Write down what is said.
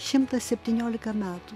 šimtas septyniolika metų